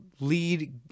lead